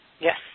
Yes